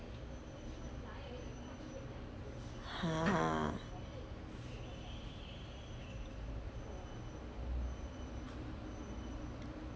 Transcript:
!huh!